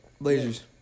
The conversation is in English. Blazers